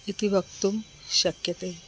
इति वक्तुं शक्यते